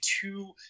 two